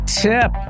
tip